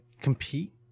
compete